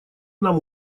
нам